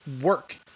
work